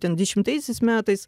ten dešimtaisiais metais